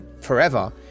forever